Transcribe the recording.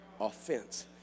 Offense